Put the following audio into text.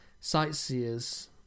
Sightseers